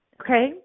okay